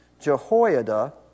Jehoiada